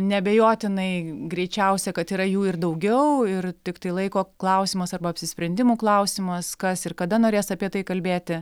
neabejotinai greičiausia kad yra jų ir daugiau ir tiktai laiko klausimas arba apsisprendimų klausimas kas ir kada norės apie tai kalbėti